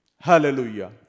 Hallelujah